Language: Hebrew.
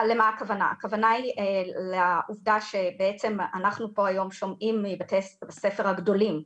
הכוונה היא לעובדה שבעצם אנחנו פה היום שומעים מבתי הספר הגדולים,